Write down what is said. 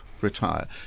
retire